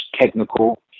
technical